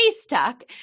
stuck